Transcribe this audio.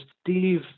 Steve